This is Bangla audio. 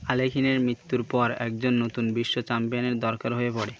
আলেখিনের মৃত্যুর পর একজন নতুন বিশ্ব চ্যাম্পিয়নের দরকার হয়ে পড়ে